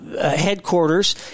headquarters